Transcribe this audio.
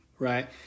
Right